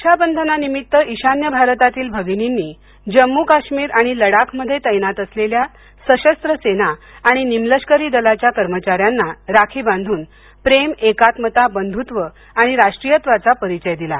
रक्षाबंधनानिमित्त ईशान्य भारतातील भगिनींनी जम्मू काश्मीर आणि लडाखमध्ये तैनात असलेल्या सशस्त्र सेना आणि निमलष्करी दलाच्या कर्मचाऱ्यांना राखी बांधून प्रेम एकात्मता बंधुत्व आणि राष्ट्रीयत्वाचा परिचय दिला